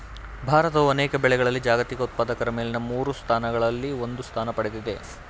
ಭಾರತವು ಅನೇಕ ಬೆಳೆಗಳಲ್ಲಿ ಜಾಗತಿಕ ಉತ್ಪಾದಕರ ಮೇಲಿನ ಮೂರು ಸ್ಥಾನಗಳಲ್ಲಿ ಒಂದು ಸ್ಥಾನ ಪಡೆದಿದೆ